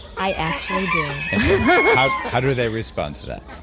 i actually do how how do do they respond to that?